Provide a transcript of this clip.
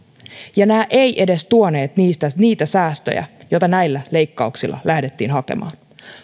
ja nämä eivät edes tuoneet niitä säästöjä jota näillä leikkauksilla lähdettiin hakemaan